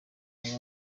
aba